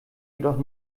jedoch